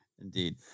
Indeed